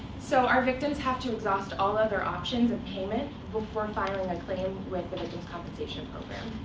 so our victims have to exhaust all other options of payment before filing a claim with the victim's compensation program.